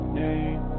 name